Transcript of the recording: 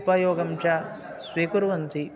उपयोगं च स्वीकुर्वन्ति